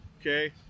okay